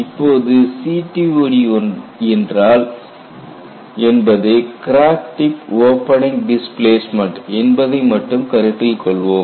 இப்போது CTOD என்றால் என்பது கிராக் டிப் ஓபனிங் டிஸ்பிளேஸ்மெண்ட் என்பதை மட்டும் கருத்தில் கொள்வோம்